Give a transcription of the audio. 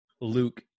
Luke